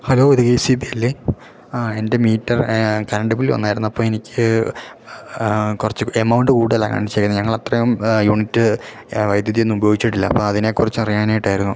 hello ഇത് K S E B അല്ലേ ആ എൻ്റെ മീറ്റർ കറണ്ട് ബില്ല് വന്നായിരുന്നു അപ്പം എനിക്ക് കുറച്ച് എമൗണ്ട് കൂടതലാണ് കാണിച്ചേക്കുന്നത് ഞങ്ങൾ അത്രയും യൂണിറ്റ് വൈദ്യുതി ഒന്നും ഉപോഗിച്ചിട്ടില്ല അപ്പം അതിനെക്കുറിച്ച് അറിയാനായിട്ട് ആയിരുന്നു